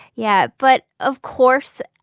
yeah but of course,